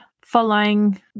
following